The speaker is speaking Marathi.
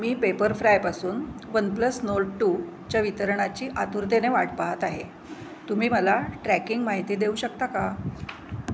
मी पेपरफ्रायपासून वनप्लस नोट टूच्या वितरणाची आतुरतेने वाट पाहत आहे तुम्ही मला ट्रॅकिंग माहिती देऊ शकता का